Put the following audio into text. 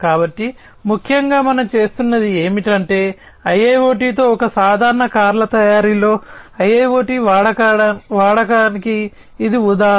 కాబట్టి ముఖ్యంగా మనం చేస్తున్నది ఏమిటంటే IIoT తో ఒక సాధారణ కార్ల తయారీలో IIoT వాడకానికి ఇది ఉదాహరణ